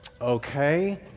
Okay